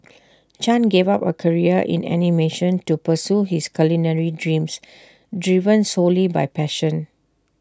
chan gave up A career in animation to pursue his culinary dreams driven solely by passion